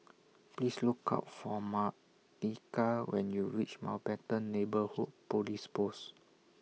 Please Look For Martika when YOU REACH Mountbatten Neighbourhood Police Post